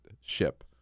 ship